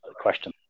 question